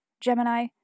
Gemini